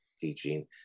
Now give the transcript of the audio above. teaching